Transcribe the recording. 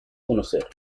conocer